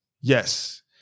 Yes